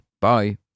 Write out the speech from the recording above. Bye